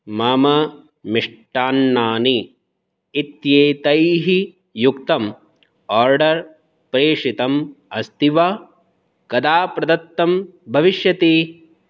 मम मिष्टान्नानि इत्येतैः युक्तम् आर्डर् प्रेषितम् अस्ति वा कदा प्रदत्तं भविष्यति